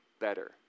better